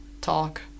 talk